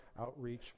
outreach